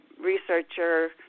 researcher